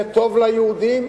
זה טוב ליהודים,